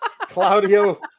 Claudio